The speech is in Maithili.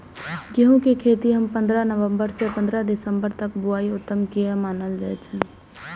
गेहूं के खेती हम पंद्रह नवम्बर से पंद्रह दिसम्बर तक बुआई उत्तम किया माने जी?